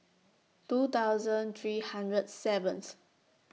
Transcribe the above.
two thousand three hundred seventh